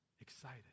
excited